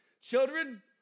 children